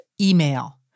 email